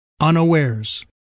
unawares